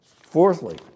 Fourthly